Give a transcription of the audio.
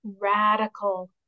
radical